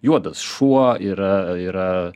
juodas šuo yra yra